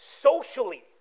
socially